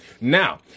Now